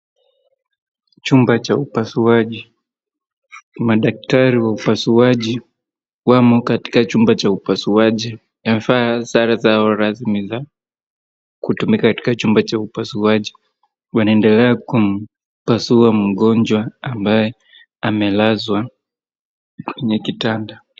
Chumba cha upasuaji. Ni madaktari wa upasuaji wamo katika chumba cha upasuaji wamevaa sare zao rasmi za kutumika katika chumba cha upasuaji. Wanaendelea kumpasua mgonjwa ambaye amelazwa kwenye kitanda.